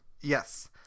Yes